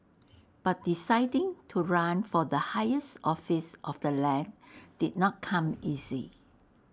but deciding to run for the higher office of the land did not come easy